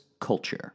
Culture